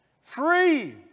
free